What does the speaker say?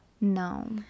no